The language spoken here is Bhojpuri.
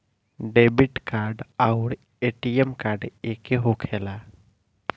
डेबिट कार्ड आउर ए.टी.एम कार्ड एके होखेला?